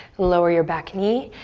lower your back knee,